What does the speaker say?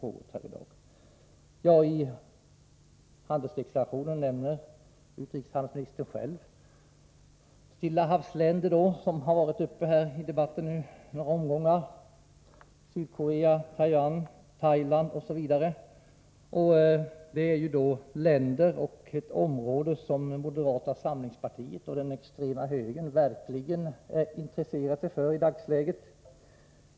I regeringens handelspolitiska deklaration nämner utrikeshandelsministern Stilla havs-länder som Sydkorea, Taiwan och Thailand m.fl. länder. Det är ju länder i ett område som moderata samlingspartiet och den extrema högern verkligen intresserar sig för i dagsläget.